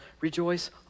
rejoice